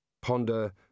Ponder